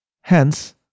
Hence